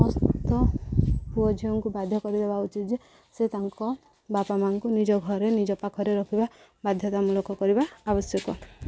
ସମସ୍ତ ପୁଅ ଝିଅଙ୍କୁ ବାଧ୍ୟ କରି ଦେବା ଉଚିତ୍ ଯେ ସେ ତାଙ୍କ ବାପା ମାଆଙ୍କୁ ନିଜ ଘରେ ନିଜ ପାଖରେ ରଖିବା ବାଧ୍ୟତାମୂଳକ କରିବା ଆବଶ୍ୟକ